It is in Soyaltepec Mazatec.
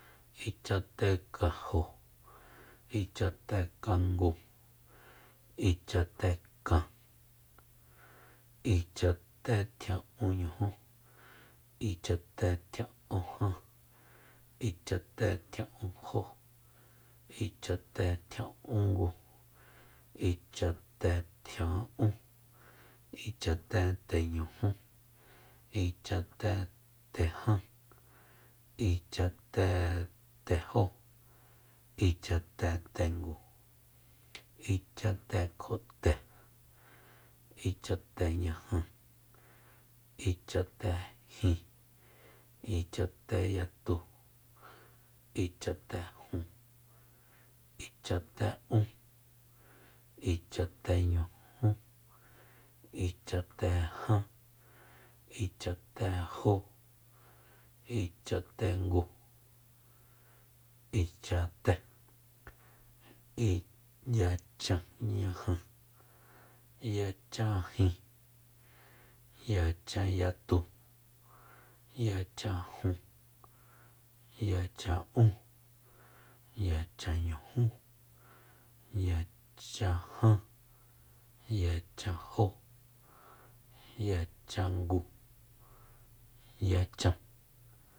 Ichatekajo ichatekangu ichatekan ichatetjia'unñujú ichatetjia'unjan ichatetjia'unjó ichatetjia'ungu ichatetjia'ún ichateteñujú ichatetejan ichatetejo ichateengu ichatekjote ichateñaja ichatejin ichateyatu ichatejun ichate'ún ichateñujú ichatejan ichatejó ichatengu ichate yachanñaja yacjajin yachanyatu yachajun yachan'un yayacjanñujú yachajan yachanjó yachangu yachan